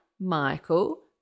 Michael